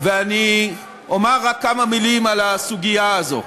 ואני אומר רק כמה מילים על הסוגיה הזו.